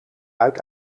uit